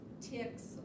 ticks